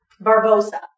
Barbosa